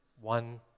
one